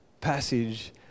passage